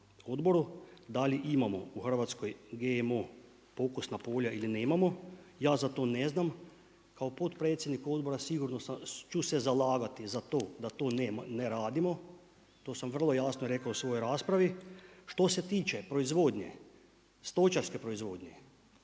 odboru da li imamo u Hrvatskoj GMO pokusna polja ili nemamo. Ja za to ne znam. Kao potpredsjednik odbora sigurno ću se zalagati za to da to nema, to ne radimo. To sam vrlo jasno rekao u svojoj raspravi. Što se tiče proizvodnje, stočarske proizvodnje